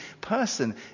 person